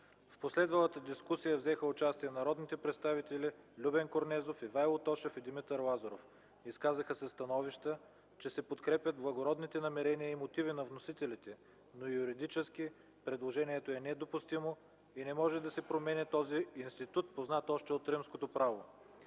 В последвалата дискусия взеха участие народните представители Любен Корнезов, Ивайло Тошев и Димитър Лазаров. Изказаха се становища, че се подкрепят благородните намерения и мотиви на вносителите, но юридически предложението е недопустимо и не може да се променя този институт, познат още от римското право.